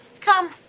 Come